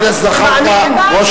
גם אנחנו בעד זכויות אדם.